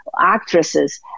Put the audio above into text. actresses